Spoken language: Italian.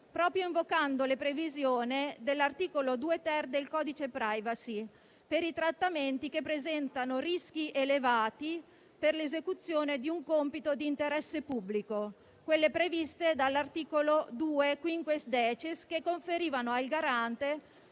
proprio invocando la previsione dell'articolo 2-*ter* del codice *privacy* per i trattamenti che presentano rischi elevati per l'esecuzione di un compito di interesse pubblico, quelli previsti dall'articolo 2-*quinquiesdecies* che conferivano al Garante